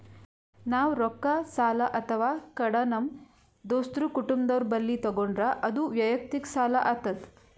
ನಾವ್ ರೊಕ್ಕ ಸಾಲ ಅಥವಾ ಕಡ ನಮ್ ದೋಸ್ತರು ಕುಟುಂಬದವ್ರು ಬಲ್ಲಿ ತಗೊಂಡ್ರ ಅದು ವಯಕ್ತಿಕ್ ಸಾಲ ಆತದ್